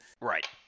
Right